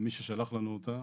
למי ששלח לנו אותה.